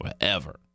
forever